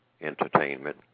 entertainment